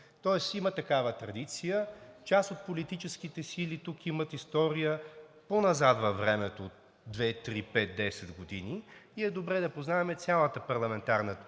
Тоест има такава традиция. Част от политическите сили тук имат история по-назад във времето – две-три-пет-десет години, и е добре да познаваме цялата парламентарна